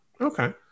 Okay